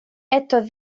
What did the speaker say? esos